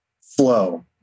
flow